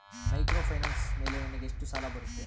Microfinance ಮೇಲೆ ನನಗೆ ಎಷ್ಟು ಸಾಲ ಬರುತ್ತೆ?